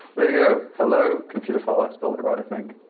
there you go. hello, computerphile, i spelled it right, i think.